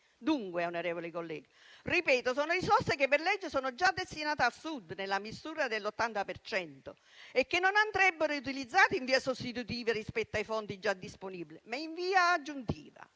Dunque, onorevoli colleghi, sono risorse che per legge sono già destinate al Sud nella misura dell'80 per cento e che non andrebbero utilizzate in via sostitutiva rispetto ai fondi già disponibili, ma in via aggiuntiva.